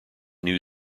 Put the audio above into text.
new